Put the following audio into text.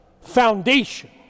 foundation